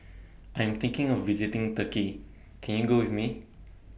I Am thinking of visiting Turkey Can YOU Go with Me